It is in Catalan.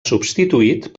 substituït